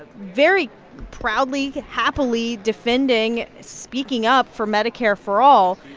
very proudly, happily defending, speaking up for medicare for all,